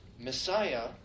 Messiah